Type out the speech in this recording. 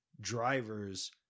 drivers